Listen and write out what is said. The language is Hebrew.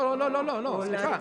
לא, לא, לא, סליחה.